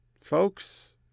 Folks